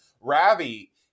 Ravi